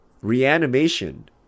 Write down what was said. reanimation